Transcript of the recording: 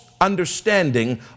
Understanding